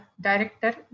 Director